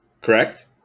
correct